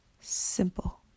Simple